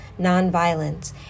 nonviolence